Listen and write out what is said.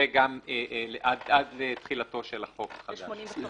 עד לתחילתו של החוק החדש.